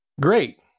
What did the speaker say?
Great